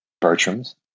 Bertram's